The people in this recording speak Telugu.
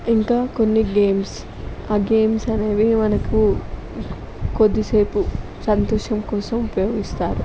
ఇంకా కొన్ని గేమ్స్ ఆ గేమ్స్ అనేవి మనకు కొద్దిసేపు సంతోషం కోసం ఉపయోగిస్తారు